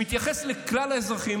שמתייחס לכלל האזרחים,